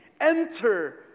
enter